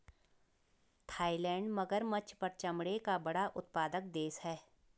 Thailand मगरमच्छ पर चमड़े का बड़ा उत्पादक देश है